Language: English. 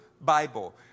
Bible